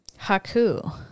Haku